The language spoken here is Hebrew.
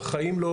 בחיים לא